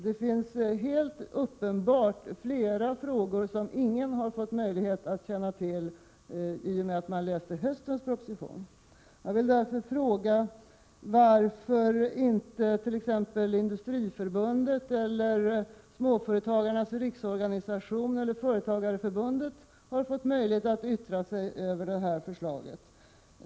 Det finns helt uppenbart flera frågor som inte någon som läst höstens proposition haft någon möjlighet att känna till. Jag vill därför fråga varför inte exempelvis Industriförbundet eller Småföretagarnas riksorganisation eller Företagareförbundet har fått möjlighet att yttra sig över det här förslaget.